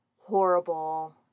horrible